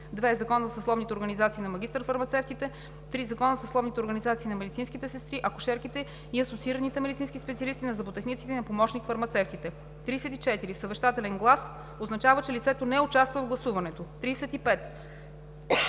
2. Закона за съсловните организации на магистър-фармацевтите. 3. Закона за съсловните организации на медицинските сестри, акушерките и асоциираните медицински специалисти, на зъботехниците и на помощник фармацевтите.“ 34. „Съвещателен глас“ означава, че лицето не участва в гласуването. 35.